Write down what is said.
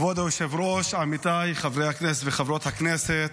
כבוד היושב-ראש, עמיתיי חברי הכנסת וחברות הכנסת,